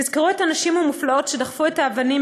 תזכרו את הנשים המופלאות שדחפו את האבנים